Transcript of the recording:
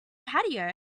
patio